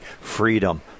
freedom